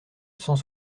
cent